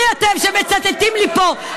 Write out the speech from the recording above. מי אתם שמצטטים לי פה?